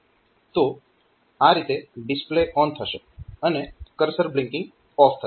તો આ રીતે ડિસ્પ્લે ઓન થશે અને કર્સર બ્લિન્કીંગ ઓફ થશે